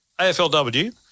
AFLW